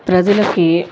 ప్రజలకి